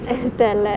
தெர்லே:terlae